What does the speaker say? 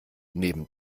neben